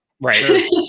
right